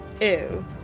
Ew